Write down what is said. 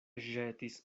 ĵetis